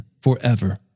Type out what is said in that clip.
forever